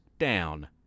down